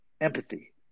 Empathy